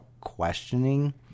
questioning